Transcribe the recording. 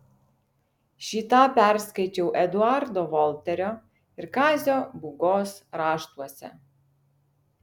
šį tą perskaičiau eduardo volterio ir kazio būgos raštuose